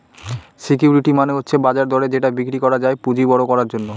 security মানে হচ্ছে বাজার দরে যেটা বিক্রি করা যায় পুঁজি বড়ো করার জন্য